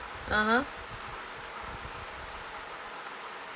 (uh huh)